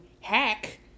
hack